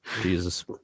jesus